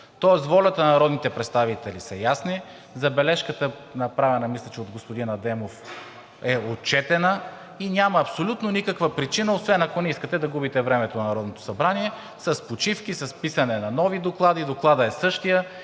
Тоест волята на народните представители е ясна, забележката, направена, мисля че от господин Адемов, е отчетена и няма абсолютно никаква причина, освен ако не искате да губите времето на Народното събрание с почивки, с писане на нови доклади. Докладът е същият